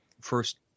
first